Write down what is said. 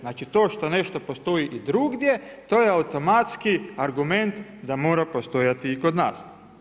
Znači to što nešto postoji i drugdje, to je automatski argument da mora postojati i kod nas.